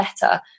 better